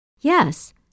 Yes